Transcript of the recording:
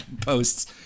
posts